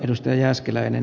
arvoisa puhemies